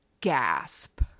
gasp